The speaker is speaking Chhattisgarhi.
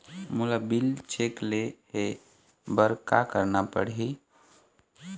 मोला बिल चेक ले हे बर का करना पड़ही ही?